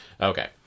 Okay